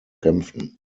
kämpfen